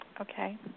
Okay